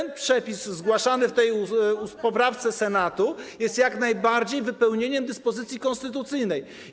Tak więc przepis zgłaszany w tej poprawce Senatu jest jak najbardziej wypełnieniem dyspozycji konstytucyjnej.